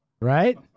Right